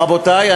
רבותי,